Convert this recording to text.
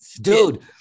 dude